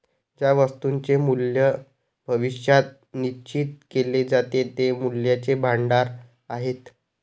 ज्या वस्तूंचे मूल्य भविष्यात निश्चित केले जाते ते मूल्याचे भांडार आहेत